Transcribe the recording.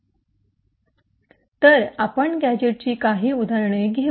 तर आपण गॅझेटची काही उदाहरणे घेऊ